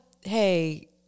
hey